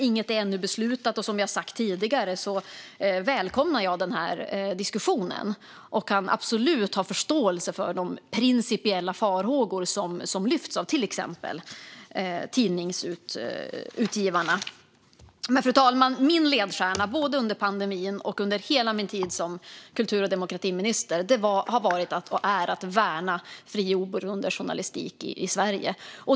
Inget är ännu beslutat, och som jag har sagt tidigare välkomnar jag diskussionen och kan absolut ha förståelse för de principiella farhågor som lyfts av till exempel Tidningsutgivarna. Men, fru talman, min ledstjärna både under pandemin och under hela min tid som kultur och demokratiminister har varit - och är - att jag ska värna fri och oberoende journalistik i Sverige.